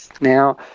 Now